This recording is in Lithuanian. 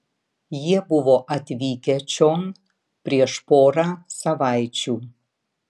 jie buvo atvykę čion prieš porą savaičių